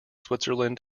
switzerland